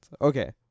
okay